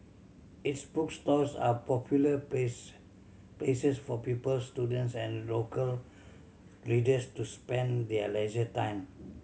its bookstores are popular place places for pupils students and local readers to spend their leisure time